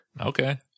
Okay